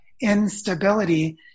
instability